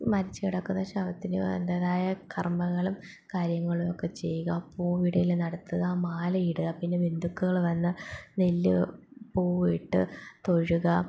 മരിച്ച് കിടക്കുന്ന ശവത്തിന് അതിൻ്റ്റേതായ കർമ്മങ്ങളും കാര്യങ്ങളും ഒക്കെ ചെയ്യുക പൂവിടൽ നടത്തുക മാല ഇടുക പിന്നെ ബന്ധുക്കൾ വന്ന് നെല്ല് പൂവിട്ട് തൊഴുക